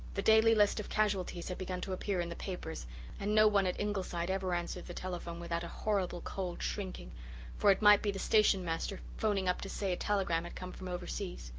the daily list of casualties had begun to appear in the papers and no one at ingleside ever answered the telephone without a horrible cold shrinking for it might be the station-master phoning up to say a telegram had come from overseas.